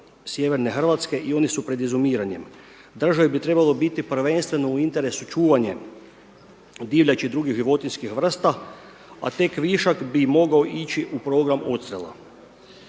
sjeverne Hrvatske i oni su pred izumiranjem. Državi bi trebalo biti prvenstveno u interesu čuvanje divljači i drugih životinjskih vrsta, a tek višak bi mogao ići u program odstrela.